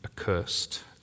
accursed